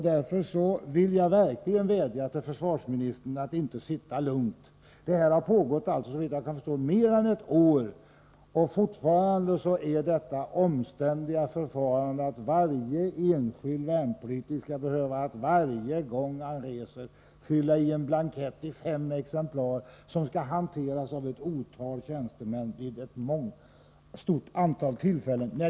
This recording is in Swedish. Därför vill jag verkligen vädja till försvarsministern: Sitt inte lugnt! Det här har pågått, såvitt jag kan förstå, mer än ett år, och fortfarande gäller det omständliga förfarandet att varje enskild värnpliktig varje gång han reser hem skall behöva fylla i en blankett i fem exemplar som skall hanteras av flera tjänstemän vid ett stort antal tillfällen.